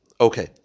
Okay